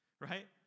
right